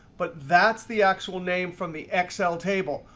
but that's the actual name from the excel table.